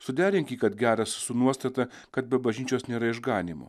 suderink jį kad geras su nuostata kad be bažnyčios nėra išganymo